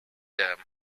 them